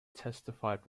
testified